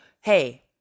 hey